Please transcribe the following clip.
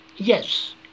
Yes